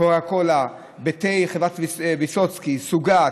קולה, תה, חברת ויסוצקי, סוגת,